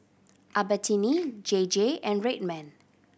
Albertini J J and Red Man